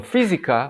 בפיזיקה,